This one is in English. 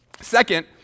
Second